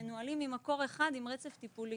שמנוהלים ממקור אחד ועם רצף טיפולי.